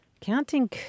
Counting